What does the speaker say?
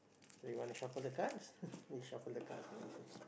so you want to shuffle the cards you shuffle the cards let me see